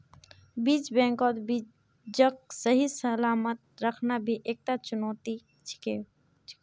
बीज बैंकत बीजक सही सलामत रखना भी एकता चुनौती छिको